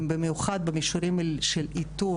במיוחד במישורים של איתור,